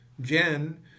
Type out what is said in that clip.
Jen